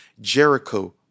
Jericho